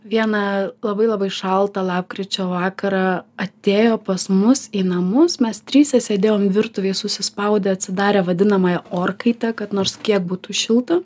vieną labai labai šaltą lapkričio vakarą atėjo pas mus į namus mes trise sėdėjom virtuvėj susispaudę atsidarę vadinamąją orkaitę kad nors kiek būtų šilta